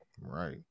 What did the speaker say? Right